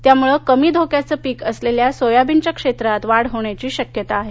त्यामुळे कमी धोक्याचं पीक असलेल्या सोयाबीनच्या क्षेत्रात यंदा वाढ होण्याची शक्यता आहे